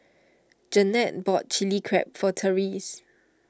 Jeanette bought Chili Crab for Terese